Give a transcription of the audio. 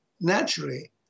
naturally